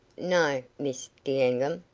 no, miss d'enghien,